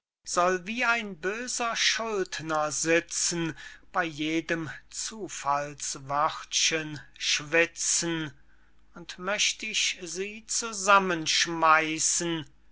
soll wie ein böser schuldner sitzen bey jedem zufallswörtchen schwitzen und möcht ich sie zusammenschmeißen